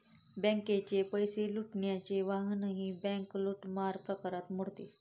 बँकेचे पैसे लुटण्याचे वाहनही बँक लूटमार प्रकारात मोडते